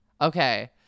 Okay